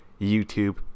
YouTube